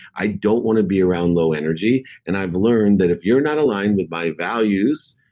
i don't want to be around low energy, and i've learned that if you're not aligned with my values,